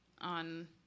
on